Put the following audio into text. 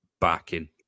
backing